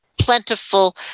plentiful